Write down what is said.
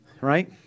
Right